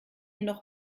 noch